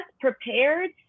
prepared